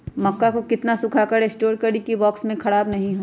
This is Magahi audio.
मक्का को कितना सूखा कर स्टोर करें की ओ बॉक्स में ख़राब नहीं हो?